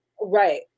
Right